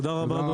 תודה רבה לכולם.